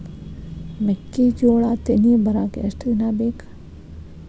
ಮೆಕ್ಕೆಜೋಳಾ ತೆನಿ ಬರಾಕ್ ಎಷ್ಟ ದಿನ ಬೇಕ್?